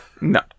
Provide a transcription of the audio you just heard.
No